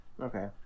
Okay